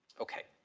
okay,